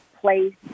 place